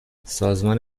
سازمان